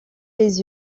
les